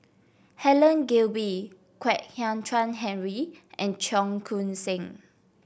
Helen Gilbey Kwek Hian Chuan Henry and Cheong Koon Seng